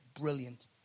brilliant